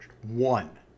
One